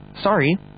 Sorry